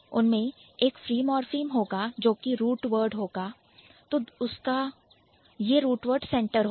उनमें एक free morpheme होगा जोकि Root Word रूट वर्ड मूल शब्दहोगा जो उसका सेंटर होगा